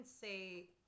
say